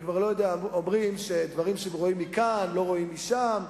אומרים שדברים שרואים מכאן לא רואים משם.